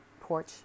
porch